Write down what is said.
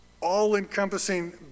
all-encompassing